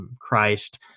Christ